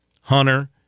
Hunter